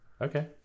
Okay